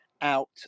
out